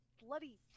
bloody